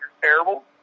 terrible